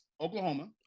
Oklahoma